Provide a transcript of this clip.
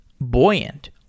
Buoyant